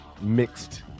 mixed